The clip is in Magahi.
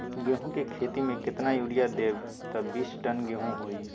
गेंहू क खेती म केतना यूरिया देब त बिस टन गेहूं होई?